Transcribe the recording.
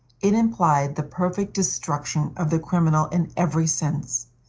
it implied the perfect destruction of the criminal in every sense.